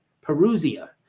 Perusia